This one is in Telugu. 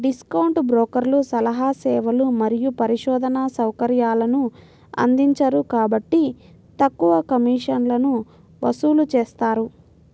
డిస్కౌంట్ బ్రోకర్లు సలహా సేవలు మరియు పరిశోధనా సౌకర్యాలను అందించరు కాబట్టి తక్కువ కమిషన్లను వసూలు చేస్తారు